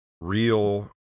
real